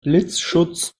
blitzschutz